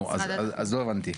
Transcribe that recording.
נו, אז לא הבנתי.